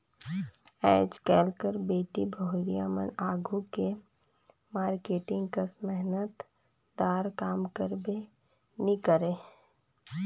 आएज काएल कर बेटी बहुरिया मन आघु के मारकेटिंग कस मेहनत दार काम करबे नी करे